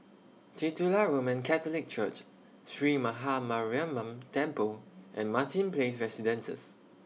Titular Roman Catholic Church Sree Maha Mariamman Temple and Martin Place Residences